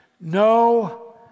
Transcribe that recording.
no